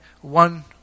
one